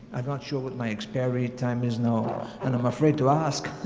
i'm not sure what my expiry time is now and i'm afraid to ask.